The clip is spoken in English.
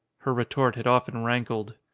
her retort had often rankled.